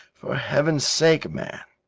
for heaven's sake, man,